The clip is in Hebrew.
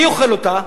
מי אוכל אותה?